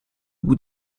bout